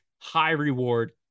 high-reward